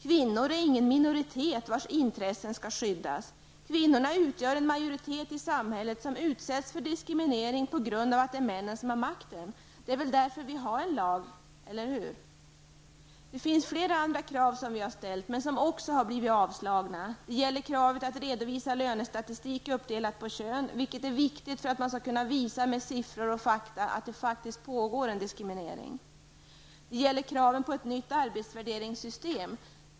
Kvinnor är ingen minoritet vars intressen skall skyddas. Kvinnorna utgör i samhället en majoritet som utsätts för diskriminering på grund av att det är männen som har makten. Det är därför vi har en jämställdhetslag, eller hur? Det finns fler andra krav som vi har ställt men som också har avstyrkts av utskottet. Det gäller bl.a. kravet att redovisa lönestatistisk uppdelad på kön, vilket är viktigt för att man med siffror och fakta skall kunna visa att det faktiskt pågår en diskriminering. Det gäller kravet på ett nytt arbetsvärderingssystem.